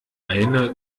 eine